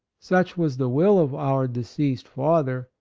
such was the will of our deceased father,